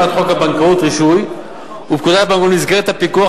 חוק הבנקאות (רישוי) ופקודת הבנקאות למסגרת הפיקוח